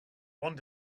one